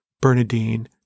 Bernadine